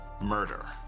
murder